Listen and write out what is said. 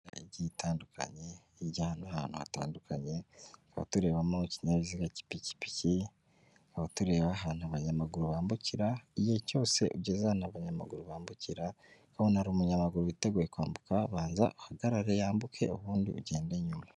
Igiye itandukanye, ijya ahantu hatandukanye tukaba turebamo ikinyabiziga k'ipikipiki, tukaba tureba ahantu abanyamaguru bambukira, igihe cyose ugeze aho abanyamaguru bambukira, ukabona umunyamaguru witeguye kwambuka banza uhagarare yambuke, ubundi ugende nyuma.